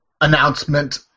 announcement